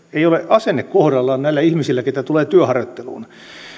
asenne kohdallaan näillä ihmisillä keitä tulee työharjoitteluun on jopa